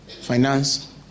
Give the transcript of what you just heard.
finance